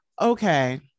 okay